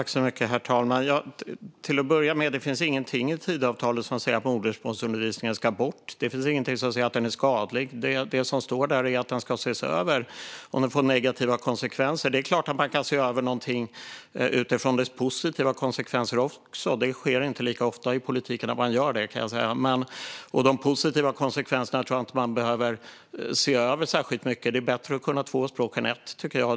Herr talman! Till att börja med finns det ingenting i Tidöavtalet som säger att modersmålsundervisningen ska bort. Det finns ingenting som säger att den är skadlig. Det som står där är att det ska ses över om den får negativa konsekvenser. Det är klart att man se över någonting också utifrån dess positiva konsekvenser. Men det sker inte lika ofta i politiken att man gör det, kan jag säga, och de positiva konsekvenserna tror jag inte att man behöver se över särskilt mycket. Det är bättre att kunna två språk än ett, tycker jag.